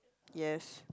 yes